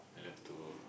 I love to